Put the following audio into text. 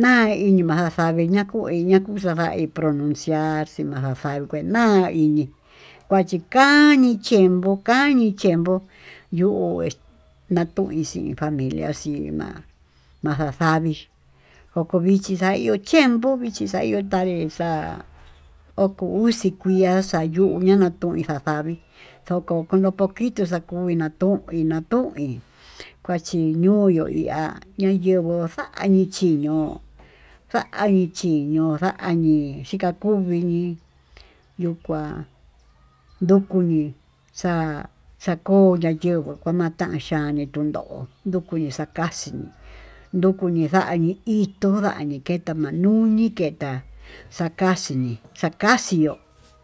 ma'a iniva xaxavii na'a kuu iñii nakuu xadaví pronunciar ximaxa xavíi iñi kuachi kanñii chenvo'o kañii chenbuu yuu natuin xii familia tima'a maxaxa vii oko vichí chiempo vichí xa'a ihó tavii xa'á oko uxii kui'á xaí yuu ña'a ñatuña xaxaví ndoko kono poquito xakún minatuin minatuin, kuchí nuyuu hí ihá ñayenguo xañii chí iñó xañii chí ñoo xaní xhiká kuvii yu'ú kuá ndukuí xa'a cha'a ko'o nayenguó kanataxhián, anii tundó nukuni xa'a ka'á xii ndukuñi xañi ituu ndañii keta naní nuu ñii kentá xakaxhíni xakaxhío.